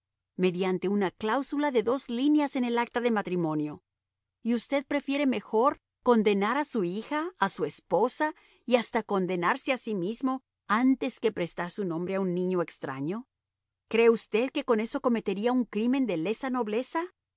mediante una cláusula de dos líneas en el acta de matrimonio y usted prefiere mejor condenar a su hija a su esposa y hasta condenarse a sí mismo antes que prestar su nombre a un niño extraño cree usted que con eso cometería un crimen de lesa nobleza